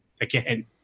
again